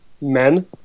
men